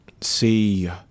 see